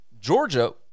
Georgia